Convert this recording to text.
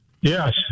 Yes